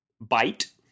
bite